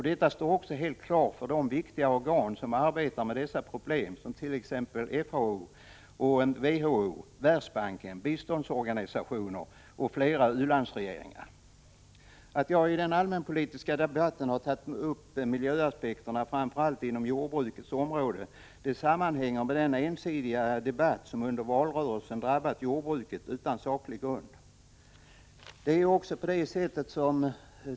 Det står också helt klart för de viktiga organ som arbetar med dessa problem, t.ex. FAO, WHO, Världsbanken, biståndsorganisationer och flera u-landsregeringar. Att jag i den allmänpolitiska debatten har tagit upp miljöaspekter framför allt inom jordbrukets område sammanhänger med den ensidiga debatt som under valrörelsen utan saklig grund drabbat jordbruket.